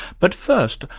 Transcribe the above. but first,